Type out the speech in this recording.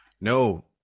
No